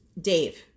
Dave